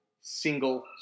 single